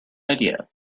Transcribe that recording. idea